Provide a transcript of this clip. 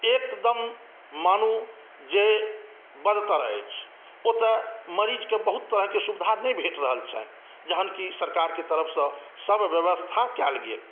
एकदम मानू जे बदतर अछि ओतय मरीज़क बहुत तरहके सुविधा नहि भेट रहल छनि जहनकी सरकारक तरफ़सं सभ व्यवस्था कयल गेल